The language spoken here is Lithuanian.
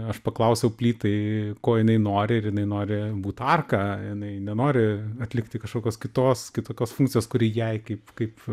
aš paklausiau plytai ko jinai nori ir jinai nori būt arka jinai nenori atlikti kažkokios kitos kitokios funkcijos kuri jai kaip kaip